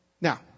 Now